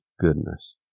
goodness